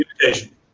communication